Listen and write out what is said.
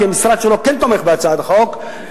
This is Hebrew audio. כי המשרד שלו כן תומך בהצעת החוק,